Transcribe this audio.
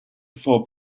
before